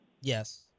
Yes